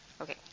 Okay